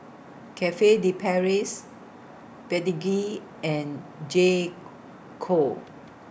Cafe De Paris Pedigree and J Co